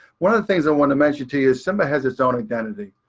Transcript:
one of the things i want to mention to you is simba has its own identity.